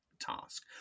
task